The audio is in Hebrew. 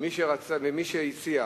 ומי שהציע,